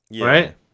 right